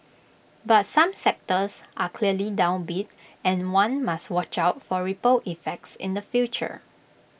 but some sectors are clearly downbeat and one must watch out for ripple effects in the future